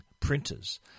printers